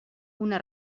una